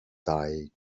ddau